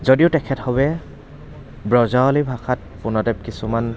যদিও তেখেতসৱে ব্ৰজাৱলী ভাষাত পোনতে কিছুমান